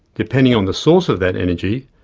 depending on the source of that energy,